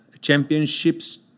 championships